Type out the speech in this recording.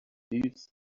thieves